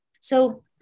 So-